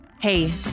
Hey